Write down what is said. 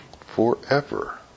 forever